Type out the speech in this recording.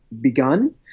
begun